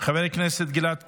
חבר הכנסת גלעד קריב,